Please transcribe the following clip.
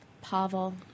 Pavel